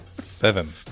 Seven